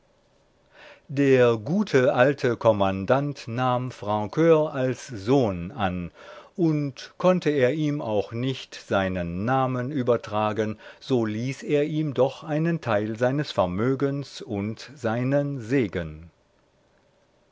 der gute alte kommandant nahm francur als sohn an und konnte er ihm auch nicht seinen namen übertragen so ließ er ihm doch einen teil seines vermögens und seinen segen